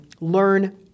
learn